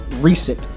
recent